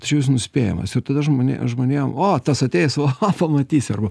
tačiau jis nuspėjamas ir tada žmonė žmonėm o tas ateis va cha pamatysi arba